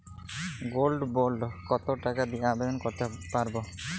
Gold bond কত টাকা দিয়ে আবেদন করতে পারবো?